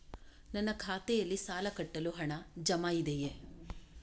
ನನ್ನ ಖಾತೆಯಲ್ಲಿ ಸಾಲ ಕಟ್ಟಲು ಹಣ ಜಮಾ ಇದೆಯೇ?